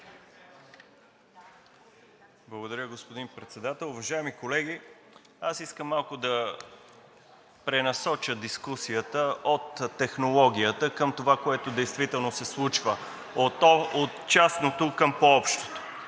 Благодаря, господин Председател. Уважаеми колеги, искам малко да пренасоча дискусията от технологията към това, което действително се случва – от частното към по-общото,